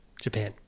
Japan